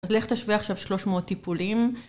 אז לך תשווה עכשיו 300 טיפולים.